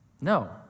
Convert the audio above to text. No